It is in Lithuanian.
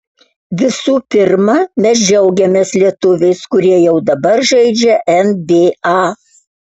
visų pirma mes džiaugiamės lietuviais kurie jau dabar žaidžia nba